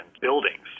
buildings